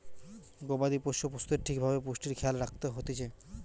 গবাদি পোষ্য পশুদের ঠিক ভাবে পুষ্টির খেয়াল রাখত হতিছে